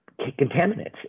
contaminants